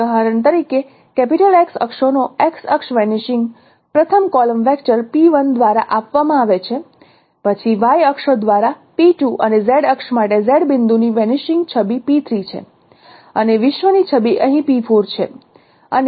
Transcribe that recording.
ઉદાહરણ તરીકે X અક્ષોનો X અક્ષ વેનીશિંગ પ્રથમ કોલમ વેક્ટર દ્વારા આપવામાં આવે છે પછી Y અક્ષો દ્વારા અને Z અક્ષ માટે Z બિંદુની વેનીશિંગ છબી છે અને વિશ્વની છબી અહીં છે